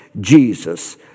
Jesus